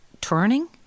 turning